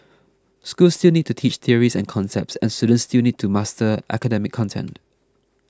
schools still need to teach theories and concepts and students still need to master academic content